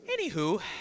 Anywho